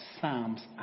Psalms